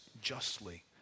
justly